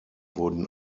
wurden